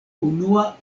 unua